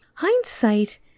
Hindsight